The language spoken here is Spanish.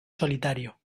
solitario